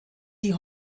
die